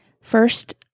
First